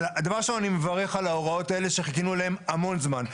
דבר ראשון אני מברך על ההוראות האלה שחיכינו להן המון זמן.